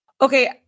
Okay